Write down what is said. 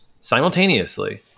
simultaneously